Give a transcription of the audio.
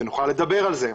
ונוכל לדבר על זה.